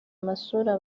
amasura